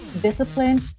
discipline